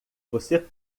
você